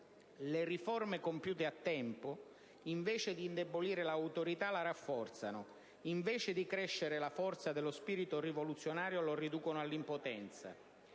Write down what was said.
«Le riforme compiute a tempo, invece di indebolire l'autorità la rafforzano, invece di crescere la forza dello spirito rivoluzionario la riducono all'impotenza».